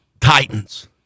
Titans